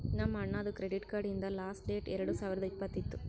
ನಮ್ ಅಣ್ಣಾದು credit card ಹಿಂದ್ ಲಾಸ್ಟ್ ಡೇಟ್ ಎರಡು ಸಾವಿರದ್ ಇಪ್ಪತ್ತ್ ಇತ್ತು